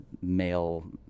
male